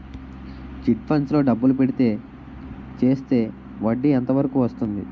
Chit funds లో డబ్బులు పెడితే చేస్తే వడ్డీ ఎంత వరకు వస్తుంది?